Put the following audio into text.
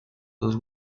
dos